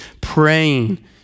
praying